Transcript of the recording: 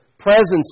presence